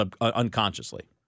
unconsciously